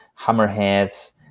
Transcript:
hammerheads